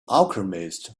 alchemist